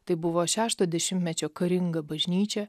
tai buvo šešto dešimtmečio karinga bažnyčia